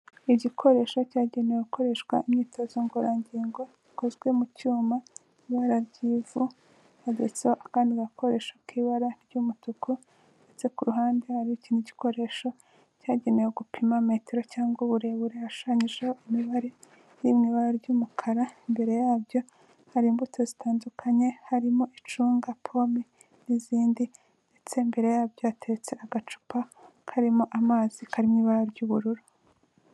Igikoresho cyagenewe gukoreshwa imyitozo ngororangingo ikozwe mu cyumatwararagivu ndetse agana gakoresho k'ibara ry'umutuku ndetse ku ruhande hari ikindi gikoresho cyagenewe gupima metero cyangwa uburebure gishushanyijeho imibare nibara ry'umukara, imbere yabyo hari imbuto zitandukanye harimo icunga, pome n'izindi ndetse imbere yabyo hateretse agacupa karimo amazi karimo ibara ry'ubururu.